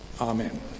Amen